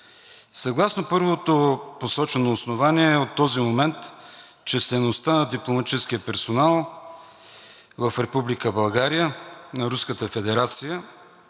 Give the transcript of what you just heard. Съгласно първото посочено основание от този момент числеността на дипломатическия персонал в Република